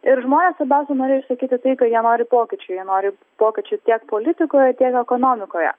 ir žmonės labiausiai norėjo išsakyti tai kad jie nori pokyčių jie nori pokyčių tiek politikoje tiek ekonomikoje